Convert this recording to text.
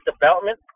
development